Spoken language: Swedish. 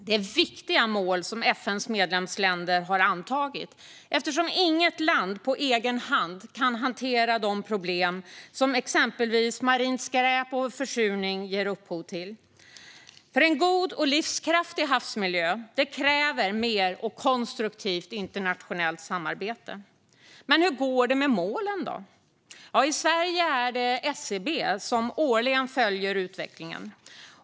Det är viktiga mål som FN:s medlemsländer har antagit, eftersom inget land på egen hand kan hantera de problem som exempelvis marint skräp och försurning ger upphov till. För en god och livskraftig havsmiljö krävs därför mer och konstruktivt internationellt samarbete. Men hur går det med målen då? Ja, i Sverige är det SCB som årligen följer utvecklingen.